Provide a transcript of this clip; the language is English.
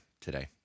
today